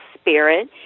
spirit